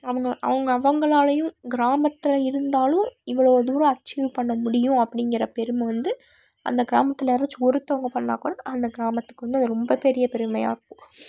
அவங்க அவங்க அவங்களாலேயும் கிராமத்தில் இருந்தாலும் இவ்வளோ தூரம் அச்சீவ் பண்ணமுடியும் அப்படிங்கிற பெருமை வந்து அந்த கிராமத்தில் யாரச்சும் ஒருத்தவங்க பண்ணிணாக்கூட அந்த கிராமத்துக்கு வந்து ரொம்ப பெரிய பெருமையாயிருக்கும்